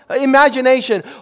imagination